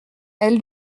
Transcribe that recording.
elle